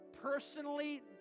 personally